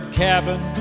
cabin